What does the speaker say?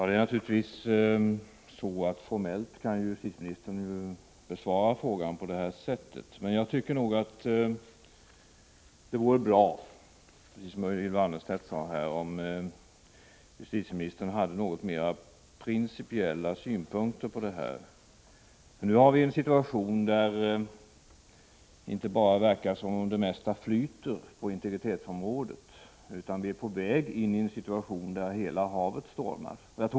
Herr talman! Formellt kan naturligtvis justitieministern besvara frågan på det här sättet. Men jag tycker att det vore bra, precis som Ylva Annerstedt sade här, om justitieministern hade några mera principiella synpunkter på detta. Nu har vi inte bara en situation där det verkar som om det mesta flyter på integritetsområdet, utan vi är på väg in i en situation där hela havet stormar.